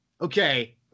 okay